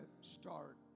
start